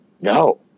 no